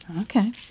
Okay